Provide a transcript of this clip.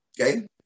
okay